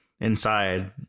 inside